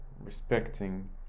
respecting